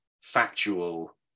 factual